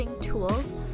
tools